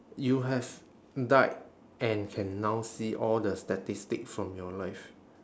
you have died and can now see all the statistic from your life